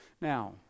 Now